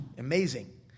Amazing